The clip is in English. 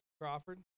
Crawford